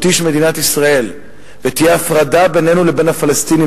של מדינת ישראל ותהיה הפרדה בינינו לבין הפלסטינים,